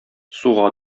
суга